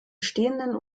stehenden